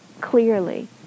clearly